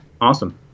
Awesome